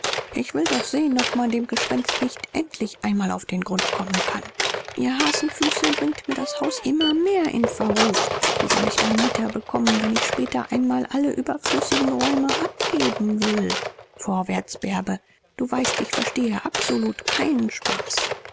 ich will doch sehen ob man dem gespenst nicht endlich einmal auf den grund kommen kann ihr hasenfüße bringt mir das haus immer mehr in verruf wie soll ich da mieter bekommen wenn ich später einmal alle überflüssigen räume abgeben will vorwärts bärbe du weißt ich verstehe absolut keinen spaß